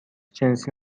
جنسی